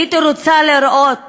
הייתי רוצה לראות